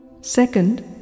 Second